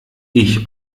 ich